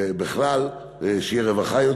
ובכלל שתהיה יותר רווחה,